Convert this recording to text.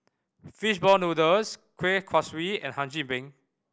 fishball noodles Kuih Kaswi and Hum Chim Peng